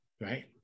right